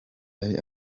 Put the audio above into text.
yari